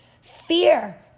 Fear